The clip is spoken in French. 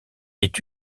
est